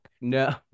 No